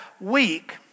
week